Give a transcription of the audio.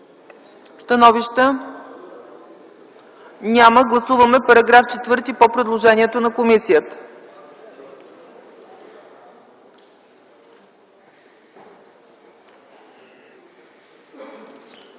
Становища няма. Гласуваме § 11 по предложението на комисията.